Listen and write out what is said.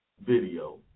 video